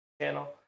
channel